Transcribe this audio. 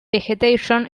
vegetation